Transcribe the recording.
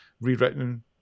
rewritten